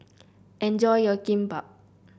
enjoy your Kimbap